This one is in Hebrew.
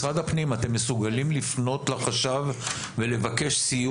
משרד הפנים, אתם מסוגלים לפנות לחשב ולבקש סיוע?